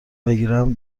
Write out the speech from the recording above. بگیرم